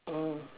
mm